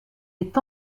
est